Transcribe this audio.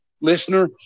listener